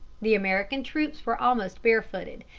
the american troops were almost barefooted,